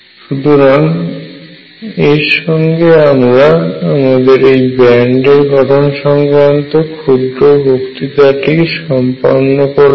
সুতরাং এর সঙ্গে আমরা আমাদের এই ব্যান্ড এর গঠন সংক্রান্ত ক্ষুদ্র বক্তৃতাটি সম্পন্ন করলাম